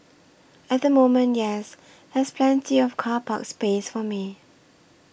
at the moment yes there's plenty of car park space for me